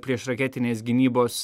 priešraketinės gynybos